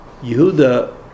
Yehuda